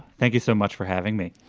thank you so much for having me.